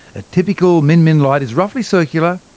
a typical min min light is roughly circular,